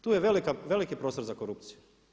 Tu je veliki prostor za korupciju.